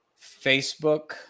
Facebook